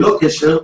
ללא קשר,